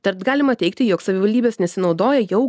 tad galima teigti jog savivaldybės nesinaudoja jau